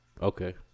Okay